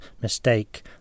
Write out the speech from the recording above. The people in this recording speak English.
mistake